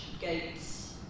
gates